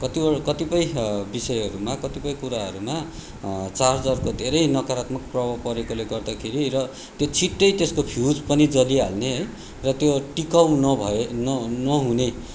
कतिवटा कतिपय विषयहरूमा कतिपय कुराहरूमा चार्जरको धेरै नकारात्मक प्रभाव परेकोले गर्दाखेरि र त्यो छिट्टै त्यसको फ्युज पनि जलिहाल्ने है र त्यो टिकाउ नभए न नहुने